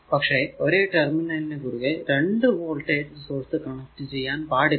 പക്ഷെ ഒരേ ടെർമിനൽ നു കുറുകെ രണ്ടു വോൾടേജ് സോഴ്സ് കണക്ട് ചെയ്യാൻ പാടില്ല